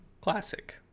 classic